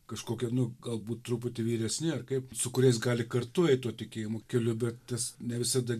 kažkokie nu galbūt truputį vyresni ar kaip su kuriais gali kartu eit tuo tikėjimo keliu bet tas ne visada